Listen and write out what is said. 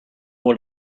what